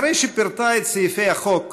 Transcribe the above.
אחרי שפירטה את סעיפי החוק